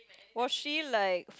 was she like